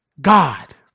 God